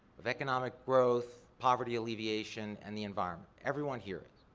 of economic growth, poverty alleviation, and the environment. everyone here is.